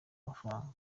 amafaranga